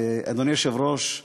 אדוני היושב-ראש,